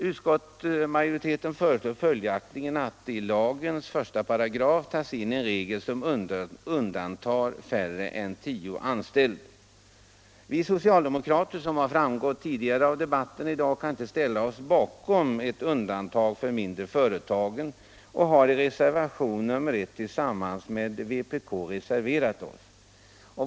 Utskottsmajoriteten föreslår följaktligen att i lagen tas in en regel som undantar företag med färre än tio anställda. Vi socialdemokrater kan inte ställa oss bakom ett undantag för de mindre företagen och har i reservationen 1 tillsammans med vpk reserverat oss.